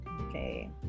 Okay